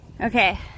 Okay